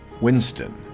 winston